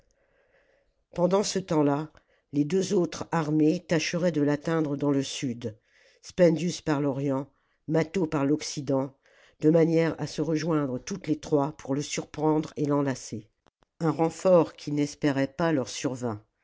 pendant ce temps là les deux autres armées tâcheraient de l'atteindre dans le sud spendius par l'orient mâtho par l'occident de manière à se rejoindre toutes les trois pour le surprendre et l'enlacer un renfort qu'ils n'espéraient pas leur survint